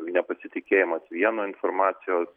nepasitikėjimas vienu informacijos